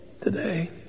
today